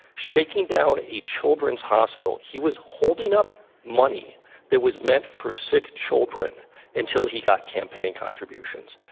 shaking down a children's hospital. he was holding up money that was meant for sick children until he got campaign contributions.